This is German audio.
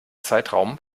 zeitraum